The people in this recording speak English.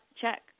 Check